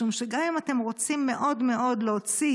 משום שגם אם אתם רוצים מאוד מאוד להוציא